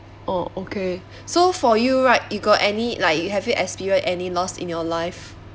orh okay so for you right you got any like you have you experienced any loss in your life